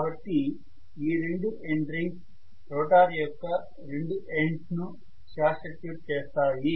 కాబట్టి ఈ రెండు ఎండ్ రింగ్స్ రోటర్ యొక్క రెండు ఎండ్స్ నూ షార్ట్ సర్క్యూట్ చేస్తాయి